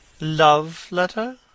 Love-letter